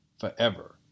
forever